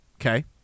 okay